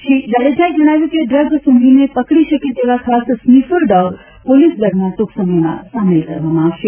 શ્રી જાડેજાએ જણાવ્યું હતું કે ડ્રગ્સ સુંઘીને પકડી શકે તેવા ખાસ સ્નિફર ડોગ પોલીસ દળમાં ટૂંક સમયમાં સામેલ કરવામાં આવશે